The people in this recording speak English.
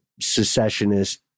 secessionist